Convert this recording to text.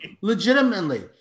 legitimately